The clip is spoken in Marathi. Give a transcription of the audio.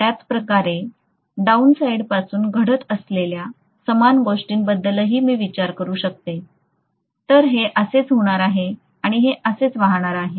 त्याचप्रकारे डाउनसाइडपासून घडत असलेल्या समान गोष्टीबद्दलही मी विचार करू शकते तर हे असेच होणार आहे आणि हे असेच वाहणार आहे